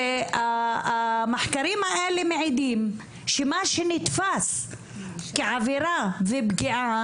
המחקרים האלה מעידים שמה שנתפס כעבירה ופגיעה